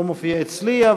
לא מופיע אצלי,